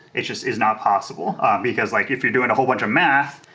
it just is not possible because like if you're doing a whole bunch of math,